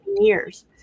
years